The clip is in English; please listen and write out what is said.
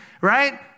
right